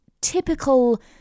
typical